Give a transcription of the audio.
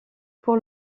pour